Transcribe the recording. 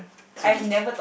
so did